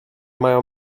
mają